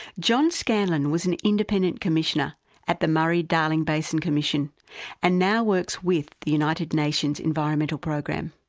john scanlon was an independent commissioner at the murray-darling basin commission and now works with the united nations environment program.